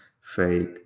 fake